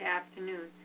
afternoon